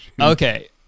okay